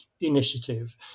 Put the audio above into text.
initiative